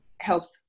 helps